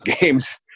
games